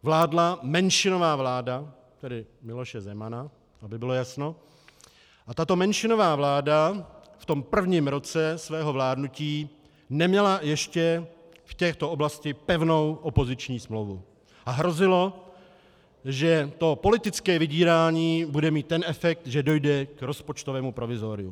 Vládla menšinová vláda, tedy Miloše Zemana, aby bylo jasno, a tato menšinová vláda v prvním roce svého vládnutí neměla ještě v této oblasti pevnou opoziční smlouvu a hrozilo, že politické vydírání bude mít ten efekt, že dojde k rozpočtovému provizoriu.